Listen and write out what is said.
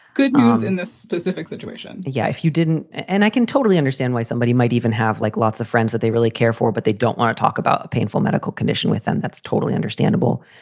good news in this specific situation. yeah. if you didn't and i can totally understand why somebody might even have, like, lots of friends that they really care for, but they don't want to talk about a painful medical condition with them. that's totally understandable.